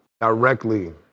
directly